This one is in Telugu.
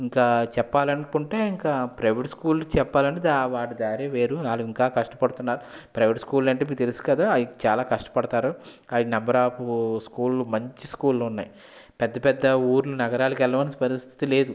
ఇంకా చెప్పాలనుకుంటే ఇంకా ప్రైవేట్ స్కూలు చెప్పాలి అంటే ఆ వాటి దారే వేరు వాళ్ళు ఇంకా కష్టపడుతున్నారు ప్రైవేట్ స్కూల్ అంటే మీకు తెలుసు కదా వాళ్ళు చాలా కష్టపడతారు అయి నెంబర్ ఆఫ్ స్కూల్ మంచి స్కూల్ ఉన్నాయి పెద్ద పెద్ద ఊళ్ళు నగరాలకు వెళ్ళవలసిన పరిస్థితి లేదు